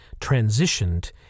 transitioned